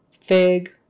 fig